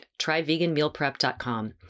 tryveganmealprep.com